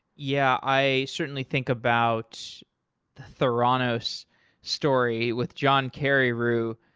yeah, i certainly think about the theranos story with john carreyrou.